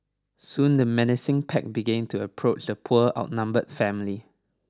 soon the menacing pack began to approach the poor outnumbered family